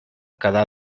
quedar